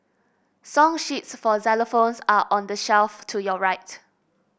song sheets for xylophones are on the shelf to your right